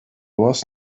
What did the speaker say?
was